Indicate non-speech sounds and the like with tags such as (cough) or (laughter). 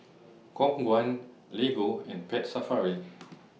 (noise) Khong Guan Lego and Pet Safari (noise)